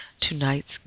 tonight's